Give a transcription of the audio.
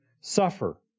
suffer